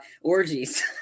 orgies